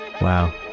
Wow